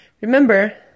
remember